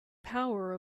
power